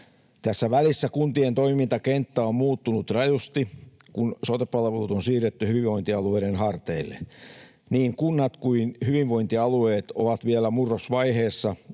Tässä välissä kuntien toimintakenttä on muuttunut rajusti, kun sote-palvelut on siirretty hyvinvointialueiden harteille. Niin kunnat kuin hyvinvointialueet ovat vielä murrosvaiheessa,